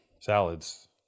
Salads